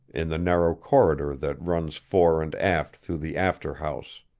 in the narrow corridor that runs fore and aft through the after house.